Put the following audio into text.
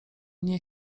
nie